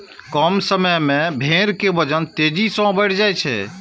कम समय मे भेड़ के वजन तेजी सं बढ़ि जाइ छै